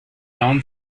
down